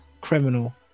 criminal